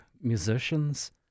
musicians